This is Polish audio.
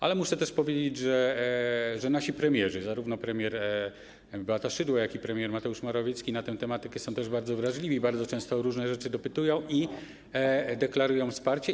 Ale muszę też powiedzieć, że nasi premierzy, zarówno premier Beata Szydło, jak i premier Mateusz Morawiecki na tę tematykę też są bardzo wrażliwi, bardzo często o różne rzeczy dopytują i deklarują wsparcie.